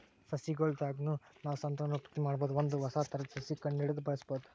ಸಸಿಗೊಳ್ ದಾಗ್ನು ನಾವ್ ಸಂತಾನೋತ್ಪತ್ತಿ ಮಾಡಬಹುದ್ ಒಂದ್ ಹೊಸ ಥರದ್ ಸಸಿ ಕಂಡಹಿಡದು ಬೆಳ್ಸಬಹುದ್